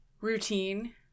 routine